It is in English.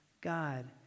God